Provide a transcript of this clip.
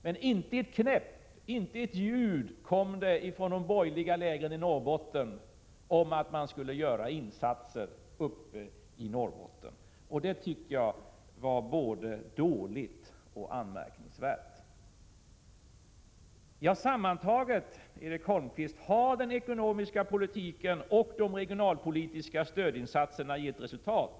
Men det kom inte ett knäpp, inte ett ljud från de borgerliga lägren i Norrbotten om att det skulle göras insatser där uppe, och jag tycker att det var både dåligt och anmärkningsvärt. Sammantaget, Erik Holmkvist, har den ekonomiska politiken och de regionalpolitiska stödinsatserna gett resultat.